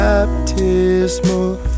Baptismal